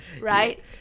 Right